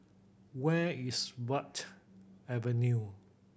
where is Verde Avenue